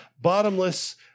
bottomless